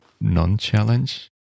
non-challenge